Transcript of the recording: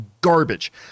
garbage